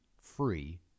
free